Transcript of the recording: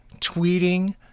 tweeting